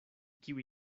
kiuj